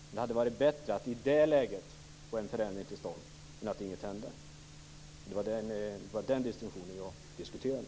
Men det hade varit bättre att i det läget få en förändring till stånd än att inget hände. Det var den distinktionen jag diskuterade.